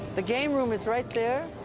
the game room is right there